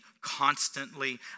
constantly